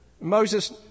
Moses